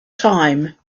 time